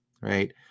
right